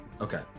okay